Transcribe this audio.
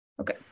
Okay